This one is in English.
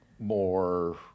More